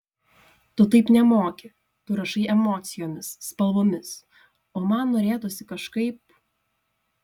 tu taip nemoki tu rašai emocijomis spalvomis o man norėtųsi kažkaip